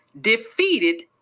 defeated